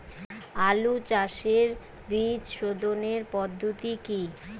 আলু চাষের বীজ সোধনের পদ্ধতি কি?